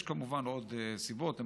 יש כמובן עוד סיבות,